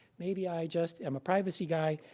maybe i just am a privacy guy,